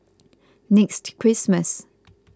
next Christmas